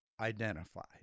identified